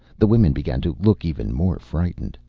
the women began to look even more frightened.